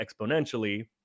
exponentially